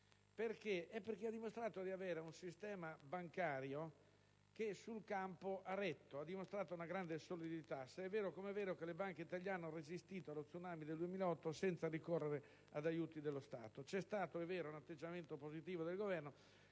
finanziaria, dando prova di avere un sistema bancario che ha retto sul campo; essa ha infatti dimostrato una grande solidità, se è vero, come è vero, che le banche italiane hanno resistito allo tsunami del 2008 senza ricorrere ad aiuti dello Stato. C'è stato - è vero - un atteggiamento positivo del Governo,